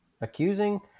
accusing